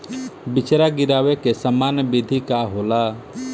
बिचड़ा गिरावे के सामान्य विधि का होला?